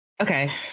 Okay